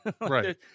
Right